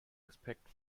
expect